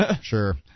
Sure